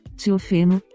tiofeno